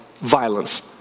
violence